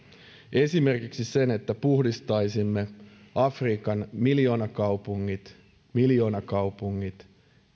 esimerkiksi sen että puhdistaisimme afrikan miljoonakaupungit miljoonakaupungit